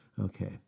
Okay